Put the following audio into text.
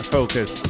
Focus